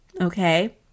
okay